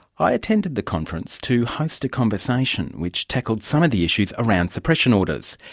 i attended the conference to host a conversation, which tackled some of the issues around suppression orders.